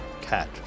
cat